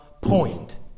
point